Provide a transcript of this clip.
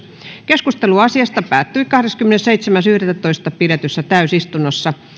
keskustelu asiasta päättyi kahdeskymmenesseitsemäs yhdettätoista kaksituhattakahdeksantoista pidetyssä täysistunnossa